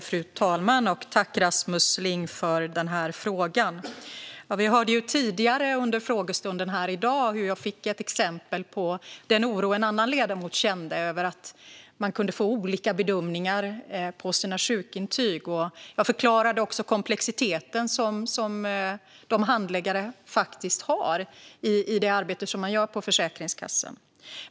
Fru talman! Tack, Rasmus Ling, för frågan! Vi hörde tidigare under frågestunden här i dag att jag fick ett exempel på den oro en annan ledamot kände över att man kunde få olika bedömningar av sina sjukintyg. Jag förklarade också den komplexitet som handläggarna har i det arbete som man gör på Försäkringskassan.